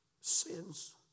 Sins